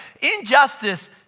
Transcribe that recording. Injustice